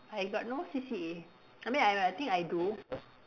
I got no C_C_A I mean I think I do